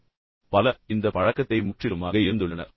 எனவே பலர் இந்த பழக்கத்தை முற்றிலுமாக இழந்துள்ளனர்